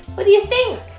what do you think?